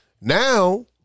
now